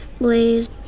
Blaze